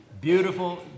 beautiful